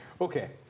Okay